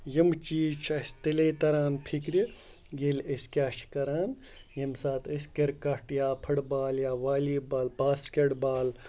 یِم چیٖز چھِ اَسہِ تیٚلے تَران فِکرِ ییٚلہِ أسۍ کیٛاہ چھِ کَران ییٚمہِ ساتہٕ أسۍ کِرکَٹ یا فُٹ بال یا والی بال باسکٮ۪ٹ بال